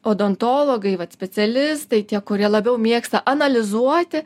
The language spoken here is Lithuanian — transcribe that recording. odontologai vat specialistai tie kurie labiau mėgsta analizuoti